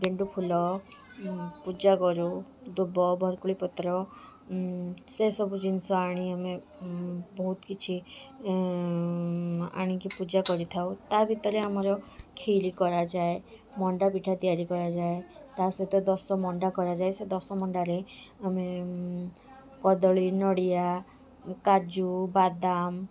ଗେଣ୍ଡୁ ଫୁଲ ପୂଜା କରୁ ଦୂବ ବରକୋଳି ପତ୍ର ସେସବୁ ଜିନିଷ ଆଣି ଆମେ ବହୁତ କିଛି ଆଣିକି ପୂଜା କରିଥାଉ ତା'ଭିତରେ ଆମର କ୍ଷୀରି କରାଯାଏ ମଣ୍ଡା ପିଠା ତିଆରି କରାଯାଏ ତା'ସହିତ ଦଶ ମଣ୍ଡା କରାଯାଏ ସେ ଦଶ ମଣ୍ଡାରେ ଆମେ କଦଳୀ ନଡ଼ିଆ କାଜୁ ବାଦାମ